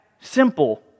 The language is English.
simple